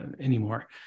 anymore